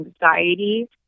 anxiety